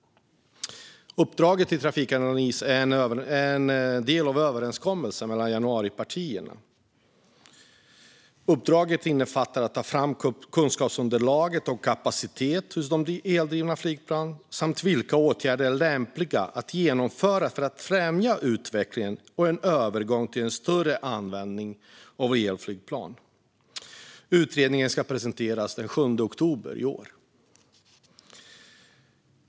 Uppdraget till Trafikanalys är en del av överenskommelsen mellan januaripartierna. Uppdraget innefattar att ta fram kunskapsunderlag om kapaciteten hos eldrivna flygplan samt om vilka åtgärder som är lämpliga att genomföra för att främja utvecklingen och en övergång till en större användning av elflygplan. Utredningen ska presenteras den 7 oktober i år.